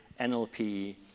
NLP